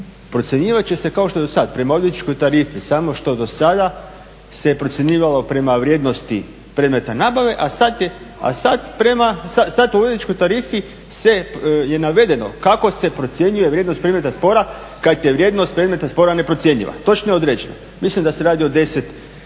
procjenjivati će se kao što je i do sada prema odvjetničkoj tarifi samo što do sada se procjenjivalo prema vrijednosti predmeta nabave a sada je, a sad prema, sad po odvjetničkoj tarifi se je navedeno kako se procjenjuje vrijednost predmeta spora kada je vrijednost predmeta spora neprocjenjiva. Točno je određeno. Mislim da se radi o 10,